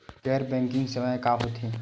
गैर बैंकिंग सेवाएं का होथे?